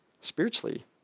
Spiritually